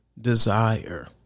desire